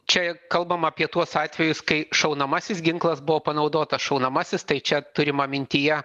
čia kalbama apie tuos atvejus kai šaunamasis ginklas buvo panaudotas šaunamasis tai čia turima mintyje